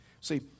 See